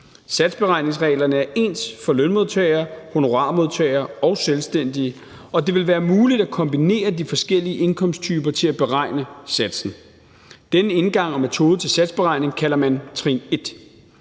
Satsberegningsreglerne er ens for lønmodtagere, honorarmodtagere og selvstændige, og det vil være muligt at kombinere de forskellige indkomsttyper til at beregne satsen. Denne indgang og metode til satsberegning kalder man trin 1.